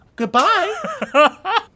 Goodbye